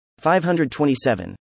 527